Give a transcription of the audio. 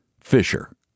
Fisher